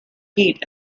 heat